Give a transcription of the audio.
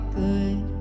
good